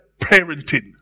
parenting